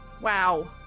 wow